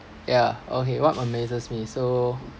ya okay what amazes me so